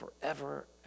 forever